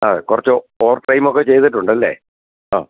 അതെ കുറച്ച് overtime ഒക്കെ ചെയ്തിട്ടുണ്ടല്ലേ ആ